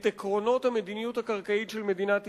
עקרונות המדיניות הקרקעית של מדינת ישראל,